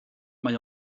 mae